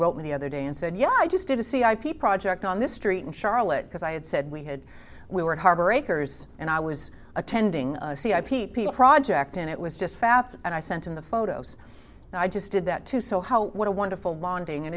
wrote me the other day and said yeah i just did a c ip project on this street in charlotte because i had said we had we were at harbor a careers and i was attending a c i p p a project and it was just fab and i sent him the photos and i just did that too so what a wonderful launching and